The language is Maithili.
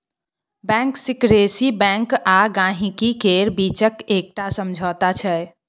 बैंक सिकरेसी बैंक आ गांहिकी केर बीचक एकटा समझौता छै